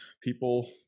people